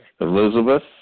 Elizabeth